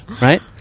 right